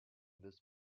this